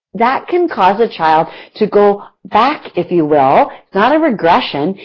that can cause a child to go back, if you will. it's not a regression,